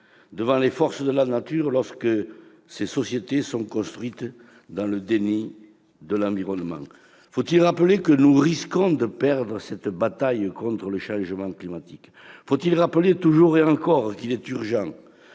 devant les forces de la nature lorsque ces sociétés sont construites dans le déni de l'environnement ? Faut-il rappeler que nous risquons de perdre cette bataille contre le changement climatique ? Faut-il rappeler toujours et encore qu'il est urgent